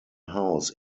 house